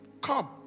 Come